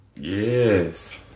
Yes